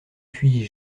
puis